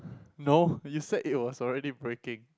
no you siad it was already breaking